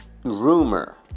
rumor